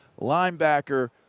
linebacker